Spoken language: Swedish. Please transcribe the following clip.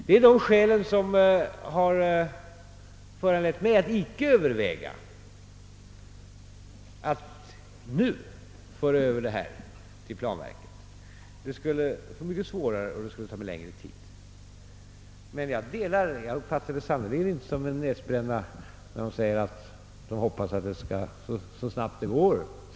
Det är dessa skäl som har föranlett mig att icke överväga att nu föra över dessa ärenden till planverket. Det skulle bli mycket svårare, och det skulle ta längre tid. Men jag uppfattar det san nerligen inte som en näsbränna när man säger att man hoppas att det skall slutföras så snabbt det går.